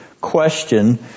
question